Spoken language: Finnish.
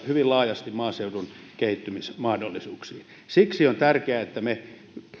hyvin laajasti maaseudun kehittymismahdollisuuksiin siksi on tärkeää että me